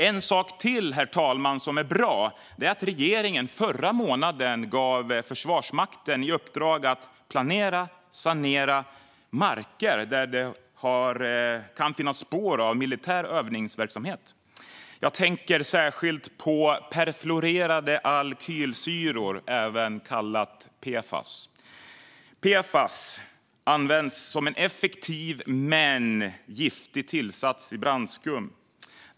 En till sak som är bra, herr talman, är att regeringen förra månaden gav Försvarsmakten i uppdrag att planera och genomföra sanering av marker där det kan finnas spår av militär övningsverksamhet. Jag tänker särskilt på perfluorerade alkylsyror, även kallade PFAS, som används som en effektiv men giftig tillsats i brandskum.